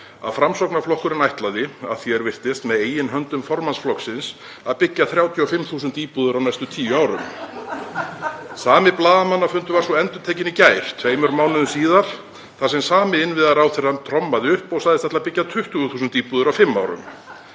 að Framsóknarflokkurinn ætlaði, að því er virtist, með eigin höndum formanns flokksins að byggja 35.000 íbúðir á næstu tíu árum. Sami blaðamannafundur var svo endurtekinn í gær, tveimur mánuðum síðar, þar sem sami innviðaráðherrann trommaði upp og sagðist ætla að byggja 20.000 íbúðir á fimm árum.